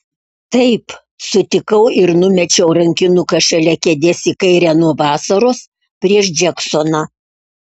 taip sutikau ir numečiau rankinuką šalia kėdės į kairę nuo vasaros prieš džeksoną